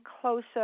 closer